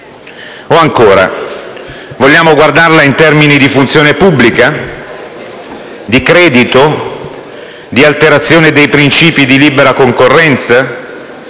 O ancora: vogliamo guardarla in termini di funzione pubblica, di credito, di alterazione dei principi di libera concorrenza,